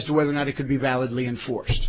to whether or not it could be validly enforced